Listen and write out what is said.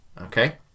Okay